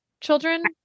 children